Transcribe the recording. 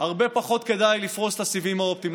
הרבה פחות כדאי לפרוס את הסיבים האופטיים.